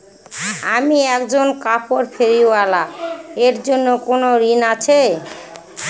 আমি একজন কাপড় ফেরীওয়ালা এর জন্য কোনো ঋণ আছে?